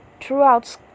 throughout